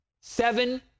Seven